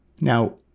Now